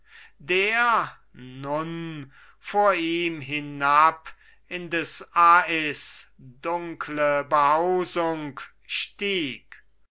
der nun vor ihm hinab in des as dunkle behausung stieg